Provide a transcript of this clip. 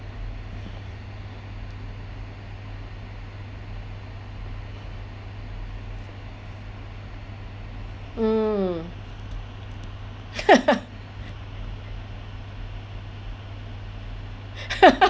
mm